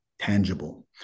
tangible